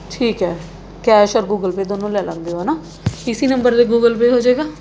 ਠੀਕ ਹੈ ਕੈਸ਼ ਔਰ ਗੂਗਲ ਪੇ ਦੋਨੋਂ ਲੈ ਲੈਂਦੇ ਹੋ ਹੈ ਨਾ ਇਸ ਨੰਬਰ 'ਤੇ ਗੂਗਲ ਪੇ ਹੋ ਜਾਵੇਗਾ